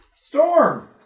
Storm